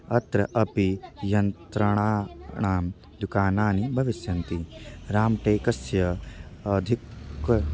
अत्र अपि यन्त्राणां णां दुकानानि भविष्यन्ति राम्टेकस्य अधिकं